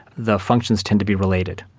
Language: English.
the functions tend to be related.